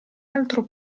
altro